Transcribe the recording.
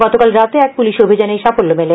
গতকাল রাতে এক পুলিশী অভিযানে এই সাফল্য মেলে